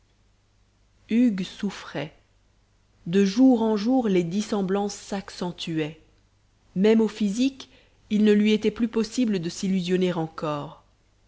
hugues souffrait de jour en jour les dissemblances s'accentuaient même au physique il ne lui était plus possible de s'illusionner encore